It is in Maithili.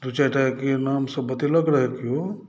दू चारिटाके नामसभ बतेलक रहए किओ